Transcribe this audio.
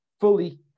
fully